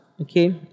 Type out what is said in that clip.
okay